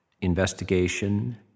investigation